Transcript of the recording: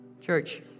Church